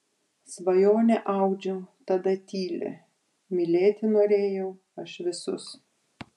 svajonę audžiau tada tylią mylėti norėjau aš visus